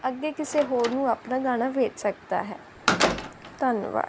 ਅੱਗੇ ਕਿਸੇ ਹੋਰ ਨੂੰ ਆਪਣਾ ਗਾਣਾ ਵੇਚ ਸਕਦਾ ਹੈ ਧੰਨਵਾਦ